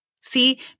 See